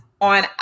on